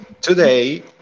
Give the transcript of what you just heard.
today